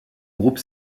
groupe